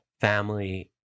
family